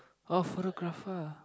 oh photographer